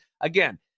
again